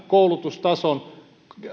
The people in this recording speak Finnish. koulutustaso